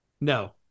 no